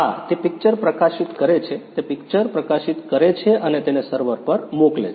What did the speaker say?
હા તે પિક્ચર પ્રકાશિત કરે છે તે પિક્ચર પ્રકાશિત કરે છે અને તેને સર્વર પર મોકલી છે